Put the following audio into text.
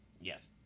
yes